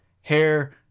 hair